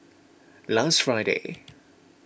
last Friday